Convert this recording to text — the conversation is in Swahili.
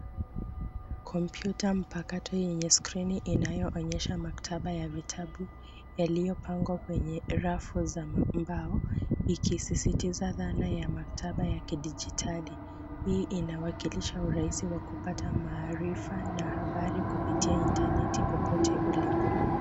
Kompyuta mpakato yenye skrini inayoonyesha maktaba ya vitabu yaliyopangwa kwenye rafu za mbao ikisisistiza dhana ya maktaba ya kidijitali. Hii inawakilisha urahisi wa kupata maarifa na habari kupitia internet popote ulipo.